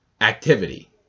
activity